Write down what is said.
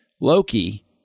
Loki